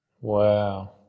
Wow